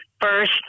first